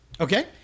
Okay